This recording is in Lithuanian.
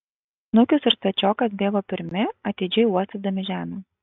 snukius ir stačiokas bėgo pirmi atidžiai uostydami žemę